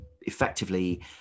effectively